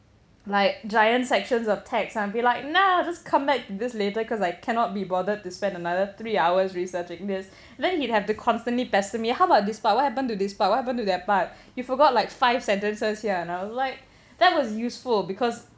like giant sections of text I'll be like nah just come back this lately because I cannot be bothered to spend another three hours researching this then he'd have to constantly pester me how about this part what happen to this part what happened to that part you forgot like five sentences here and I was like that was useful because